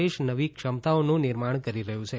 દેશ નવી ક્ષમતાઓનું નિર્માણ કરી રહ્યું છે